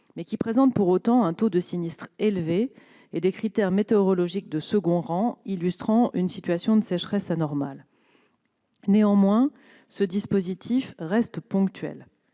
mais qui présentent pour autant un taux de sinistres élevé et des critères météorologiques de second rang illustrant une situation de sécheresse anormale. Néanmoins, ce dispositif reste ponctuel.